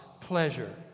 pleasure